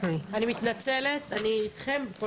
אני מתנצלת, אני אתכם.